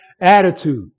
attitude